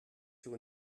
sur